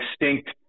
extinct